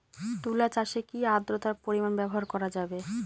তুলা চাষে কি আদ্রর্তার পরিমাণ ব্যবহার করা যাবে?